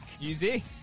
easy